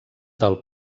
del